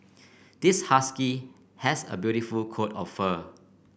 this husky has a beautiful coat of fur